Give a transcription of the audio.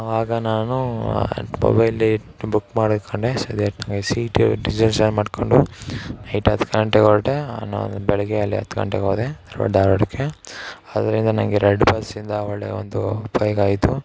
ಅವಾಗ ನಾನು ಮೊಬೈಲಿಂದ ಬುಕ್ ಮಾಡಿಕೊಂಡೆ ಸರಿ ಅಂತ್ಹೇಳಿ ಸೀಟು ರಿಸರ್ವೇಷನ್ ಮಾಡಿಕೊಂಡು ನೈಟ್ ಹತ್ತು ಗಂಟೆಗೆ ಹೊರಟೆ ನಾನು ಬೆಳಗ್ಗೆ ಅಲ್ಲಿ ಹತ್ತು ಗಂಟೆಗೆ ಹೋದೆ ಧಾರ್ವಾಡಕ್ಕೆ ಅದರಿಂದ ನನಗೆ ರೆಡ್ ಬಸ್ಸಿಂದ ಒಳ್ಳೆಯ ಒಂದು ಉಪಯೋಗ ಆಯಿತು